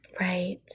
Right